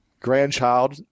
grandchild